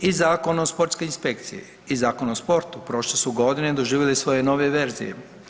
I Zakon o sportskoj inspekciji i Zakon o sportu prošle su godine doživjeli svoje nove verzije.